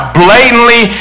blatantly